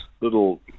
little